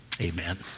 Amen